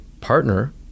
partner